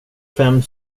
fem